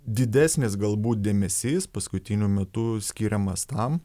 didesnis gal būt dėmesys paskutiniu metu skiriamas tam